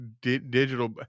digital